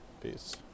Peace